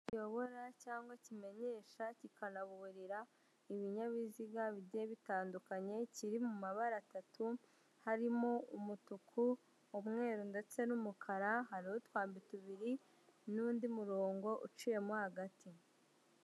Kiyobora cyangwa kimenyesha kikanaburira ibinyabiziga bigiye bitandukanye kiri mu mabara atatu harimo umutuku, umweru ndetse n'umukara. Hari n'utwambi tubiri n'undi murongo uciyemo hagati.